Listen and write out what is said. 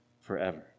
forever